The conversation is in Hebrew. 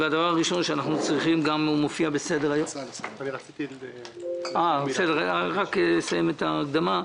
יש כמה דברים שאנחנו מבקשים לברר אחרי שגם היה דיון בישיבה הקודמת.